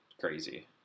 crazy